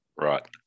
Right